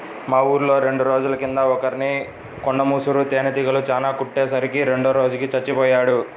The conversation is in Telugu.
మా ఊర్లో రెండు రోజుల కింద ఒకర్ని కొండ ముసురు తేనీగలు చానా కుట్టే సరికి రెండో రోజుకి చచ్చిపొయ్యాడు